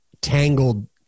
tangled